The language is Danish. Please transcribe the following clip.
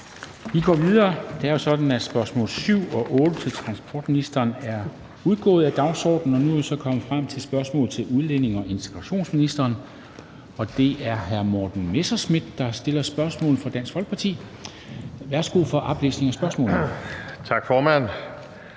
Vi går videre. Det er jo sådan, at spørgsmål 7 og 8 til transportministeren er udgået af dagsordenen, og nu er vi så kommet frem til spørgsmål til udlændinge- og integrationsministeren, og det er hr. Morten Messerschmidt fra Dansk Folkeparti, der stiller spørgsmål. Kl. 13:36 Spm.